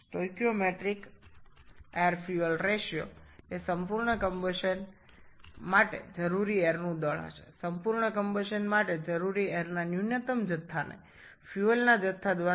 stoichiometric বায়ু ও জ্বালানির অনুপাত হল সম্পূর্ণ জ্বলনের জন্য প্রয়োজনীয় বায়ুর ভর একটি সম্পন্ন দহনের জন্য প্রয়োজনীয় বায়ুর ভর ভাজিত জ্বালানির ভর